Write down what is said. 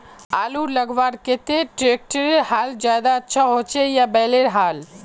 आलूर लगवार केते ट्रैक्टरेर हाल ज्यादा अच्छा होचे या बैलेर हाल?